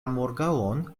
morgaŭon